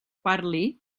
parli